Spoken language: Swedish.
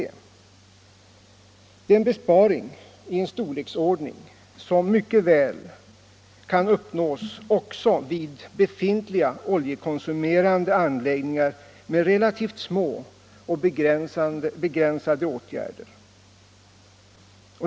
Det är en besparing i en storleksordning som mycket väl skulle kunna uppnås också vid befintliga oljekonsumerande anläggningar med relativt små och begränsade åtgärder.